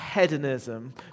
hedonism